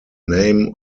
name